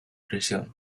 prisión